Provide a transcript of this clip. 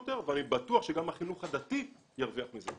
יותר ואני בטוח שגם החינוך הדתי ירוויח מזה.